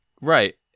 Right